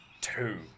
two